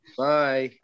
bye